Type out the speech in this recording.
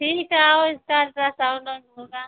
ठीक है आओ इसका अल्ट्रासाउन्ड ओउन्ड होगा